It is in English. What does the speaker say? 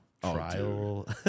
trial